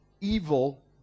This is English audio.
evil